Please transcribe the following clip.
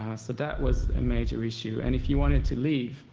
ah so that was a major issue and if you wanted to leave,